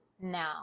now